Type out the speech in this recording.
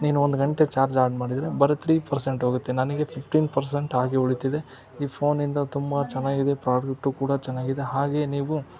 ನೀನು ಒಂದು ಗಂಟೆ ಚಾರ್ಜ್ ಆನ್ ಮಾಡಿದರೆ ಬರೀ ತ್ರೀ ಪರ್ಸೆಂಟ್ ಹೋಗುತ್ತೆ ನನಗೆ ಫಿಫ್ಟೀನ್ ಪರ್ಸೆಂಟ್ ಹಾಗೇ ಉಳೀತಿದೆ ಈ ಪೋನಿಂದ ತುಂಬ ಚೆನ್ನಾಗಿದೆ ಪ್ರಾಫಿಟ್ಟು ಕೂಡ ಚೆನ್ನಾಗಿದೆ ಹಾಗೇ ನೀವು